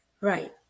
right